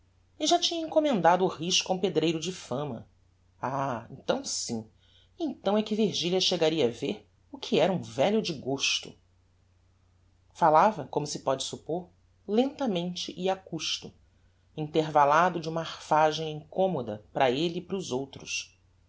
e já tinha encommendado o risco a um pedreiro de fama ah então sim então é que virgilia chegaria a ver o que era um velho de gosto falava como se póde suppôr lentamente e a custo intervallado de uma arfagem incommoda para elle e para os outros